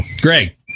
Greg